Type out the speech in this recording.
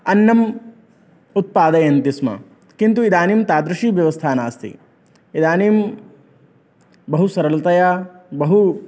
अन्नम् उत्पादयन्ति स्म किन्तु इदानीं तादृशी व्यवस्था नास्ति इदानीं बहुसरलतया बहु